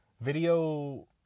video